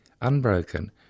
unbroken